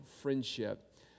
friendship